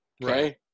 Right